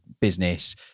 business